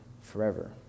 forever